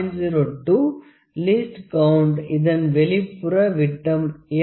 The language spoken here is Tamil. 02 லீஸ்ட் கவுண்ட் இதன் வெளிப்புற விட்டம் என்ன